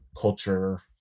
culture